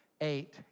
Eight